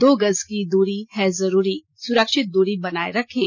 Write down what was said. दो गज की दूरी है जरूरी सुरक्षित दूरी बनाए रखें